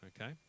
Okay